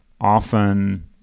often